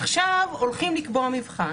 עכשיו הולכים לקבוע מבחן